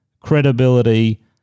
credibility